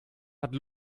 hat